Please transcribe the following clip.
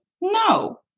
No